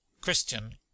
CHRISTIAN